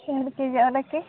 ಎರ್ಡು K G ಅವಲಕ್ಕಿ